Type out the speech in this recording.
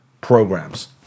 programs